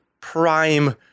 prime